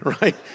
right